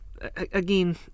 again